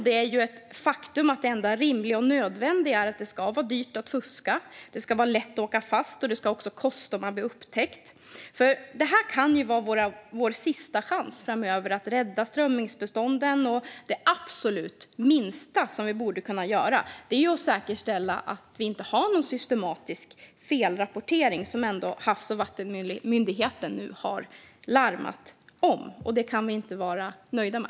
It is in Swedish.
Det är ett faktum att det enda rimliga och nödvändiga är att det ska vara dyrt att fuska. Det ska vara lätt att åka fast. Och det ska också kosta om man blir upptäckt. Detta kan vara vår sista chans framöver att rädda strömmingsbestånden. Och det absolut minsta som vi borde kunna göra är att säkerställa att vi inte har någon systematisk felrapportering, som Havs och vattenmyndigheten nu ändå har larmat om. Det kan vi inte vara nöjda med.